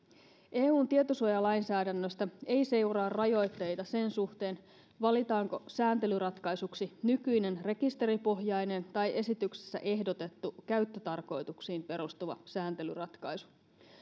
eun tietosuojalainsäädännöstä ei seuraa rajoitteita sen suhteen valitaanko sääntelyratkaisuksi nykyinen rekisteripohjainen tai esityksessä ehdotettu käyttötarkoituksiin perustuva sääntelyratkaisu